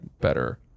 better